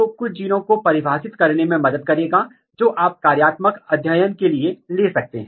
तो कौन सा जीन अपस्ट्रीम है और कौन सा जीन डाउनस्ट्रीम है और आप इसे कैसे स्थापित कर सकते हैं